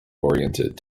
oriented